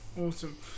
Awesome